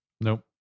Nope